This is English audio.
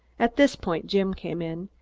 at this point, jim came in.